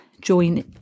join